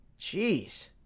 Jeez